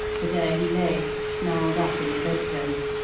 for there he lay snarled up in the bed-clothes,